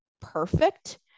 perfect